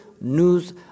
news